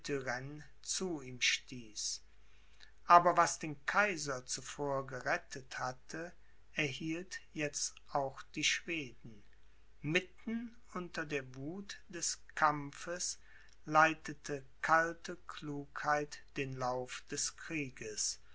zu ihm stieß aber was den kaiser zuvor gerettet hatte erhielt jetzt auch die schweden mitten unter der wuth des kampfes leitete kalte klugheit den lauf des krieges